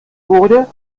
wurde